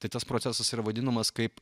tai tas procesas yra vadinamas kaip